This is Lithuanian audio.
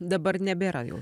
dabar nebėra jau